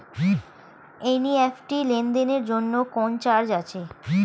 NEFT লেনদেনের জন্য কোন চার্জ আছে?